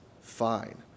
fine